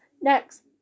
next